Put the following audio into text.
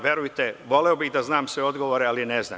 Verujte, voleo bih da znam sve odgovore, ali ne znam.